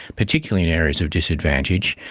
particularly in areas of disadvantage,